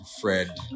Fred